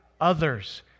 others